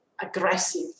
aggressive